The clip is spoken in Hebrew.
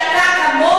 כי אתה כמוני,